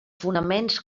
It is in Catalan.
fonaments